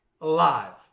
alive